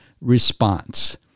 response